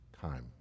time